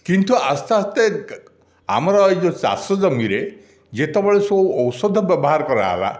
କିନ୍ତୁ ଆସ୍ତେ ଆସ୍ତେ ଆମର ଏ ଯେଉଁ ଚାଷ ଜମିରେ ଯେତେବେଳେ ସବୁ ଔଷଧ ବ୍ୟବହାର କରାଗଲା